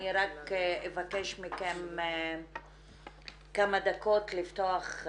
אני רק אבקש מכם כמה דקות לפתוח.